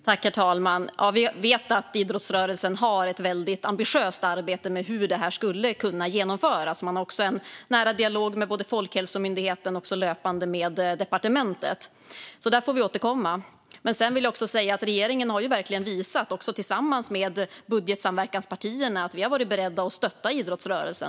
Herr talman! Ja, vi vet att idrottsrörelsen har ett väldigt ambitiöst arbete med hur detta skulle kunna genomföras. Man har också en nära dialog med Folkhälsomyndigheten och, löpande, med departementet. Vi får återkomma om det. Men sedan vill jag säga att vi i regeringen, tillsammans med budgetsamverkanspartierna, verkligen har visat att vi har varit beredda att stötta idrottsrörelsen.